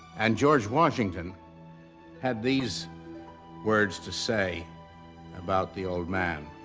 and george washington had these words to say about the old man.